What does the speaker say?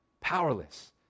Powerless